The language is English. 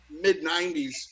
mid-'90s